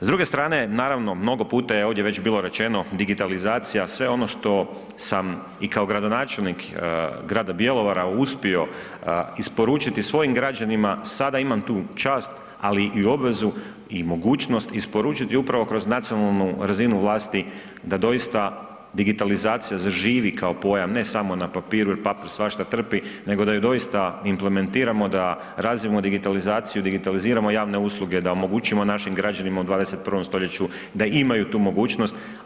S druge strane, naravno, mnogo puta je ovdje već bilo rečeno digitalizacija, sve ono što sam i kao gradonačelnik grada Bjelovara uspio isporučiti svojim građanima sada imam tu čast, ali i obvezu i mogućnost isporučiti upravo kroz nacionalnu razinu vlasti da doista digitalizacija zaživi kao pojam, ne samo na papiru jer papir svašta trpi nego da ju doista implementiramo da razvijemo digitalizaciju, digitaliziramo javne usluge, da omogućimo našim građanima u 21. stoljeću da imaju tu mogućnost.